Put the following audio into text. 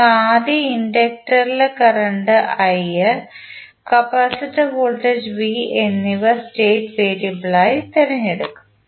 നമ്മൾ ആദ്യം inductor current i capacitor voltage v എന്നിവ സ്റ്റേറ്റ് വേരിയബിളുകളായി തിരഞ്ഞെടുക്കും